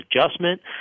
adjustment